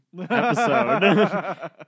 episode